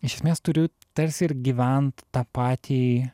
iš esmės turiu tarsi ir gyvent tą patį